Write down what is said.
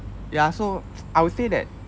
ya so I would say that